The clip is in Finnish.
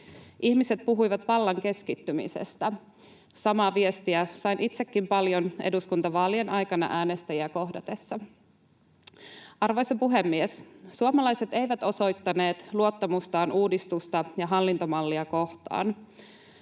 Ihmiset puhuivat vallan keskittymisestä. Samaa viestiä sain itsekin paljon eduskuntavaalien aikana äänestäjiä kohdatessani. Arvoisa puhemies! Suomalaiset eivät osoittaneet luottamustaan uudistusta ja hallintomallia kohtaan.